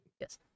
Yes